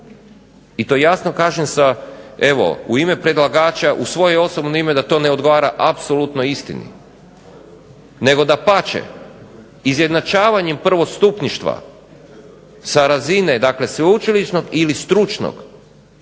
i to jasno kažem sa evo u ime predlagača, u svoje osobno ime da to ne odgovara apsolutno istini, nego dapače izjednačavanjem prvostupništva sa razine dakle sveučilišnog ili stručnog,